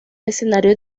escenario